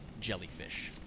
jellyfish